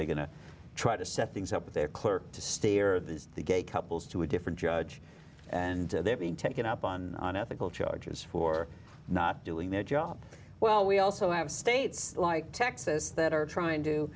they going to try to set things up there clerk to steer these gay couples to a different judge and they're being taken up on an ethical charges for not doing their job well we also have states like texas that are trying to